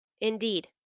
Indeed